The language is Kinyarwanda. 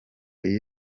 iyi